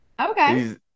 Okay